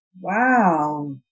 Wow